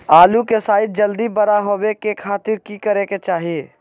आलू के साइज जल्दी बड़ा होबे खातिर की करे के चाही?